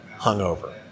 hungover